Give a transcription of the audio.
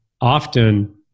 often